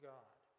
God